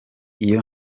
iyo